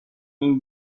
این